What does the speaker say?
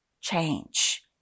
change